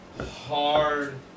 hard